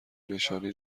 نشانی